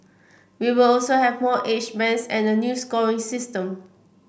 we will also have more age bands and a new scoring system